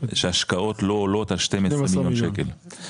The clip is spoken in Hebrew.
שהשקעות לא עולות על 12 מיליון שקל,